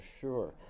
sure